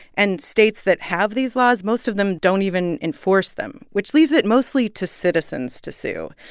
and states that have these laws most of them don't even enforce them, which leaves it mostly to citizens to sue.